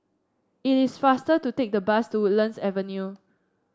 it is faster to take the bus to Woodlands Avenue